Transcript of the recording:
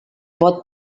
pot